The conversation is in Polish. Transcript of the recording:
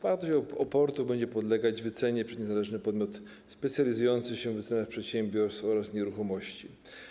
Wartość aportu będzie podlegać wycenie przez niezależny podmiot specjalizujący się w wycenach przedsiębiorstw oraz nieruchomości.